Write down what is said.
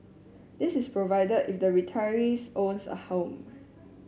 this is provided if the retirees owns a home